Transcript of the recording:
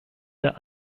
der